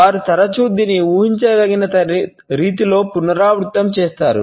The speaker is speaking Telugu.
వారు తరచూ దీన్ని ఊహించదగిన రీతిలో పునరావృతం చేస్తారు